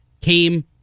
came